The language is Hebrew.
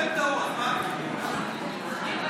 גם הם טעו, אז מה?